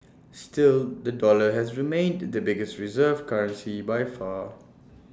still the dollar has remained the biggest reserve currency by far